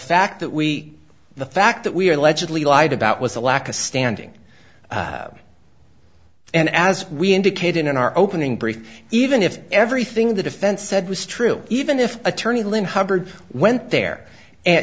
fact that we the fact that we are allegedly lied about was a lack of standing and as we indicated in our opening brief even if everything the defense said was true even if attorney lin hubbard went there and